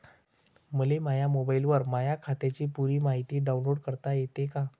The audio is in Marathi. मले माह्या मोबाईलवर माह्या खात्याची पुरी मायती डाऊनलोड करता येते का?